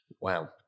Wow